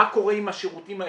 מה קורה עם השירותים האלה,